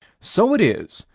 so it is,